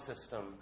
system